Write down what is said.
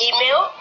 Email